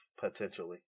potentially